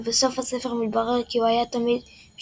ובסוף הספר מתברר כי הוא היה תמיד עם